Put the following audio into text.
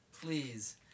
Please